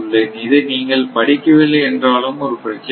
இதை நீங்கள் படிக்கவில்லை என்றாலும் ஒரு பிரச்சினை இல்லை